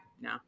No